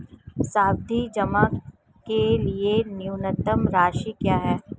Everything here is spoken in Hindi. सावधि जमा के लिए न्यूनतम राशि क्या है?